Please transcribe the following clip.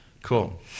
Cool